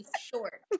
short